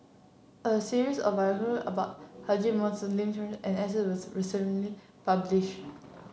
a series of biographies about Haji Ambo Lim Chor and S was recently published